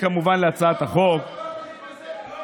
להתנגד, כמובן, להצעת החוק, הם לא קונים את זה.